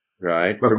Right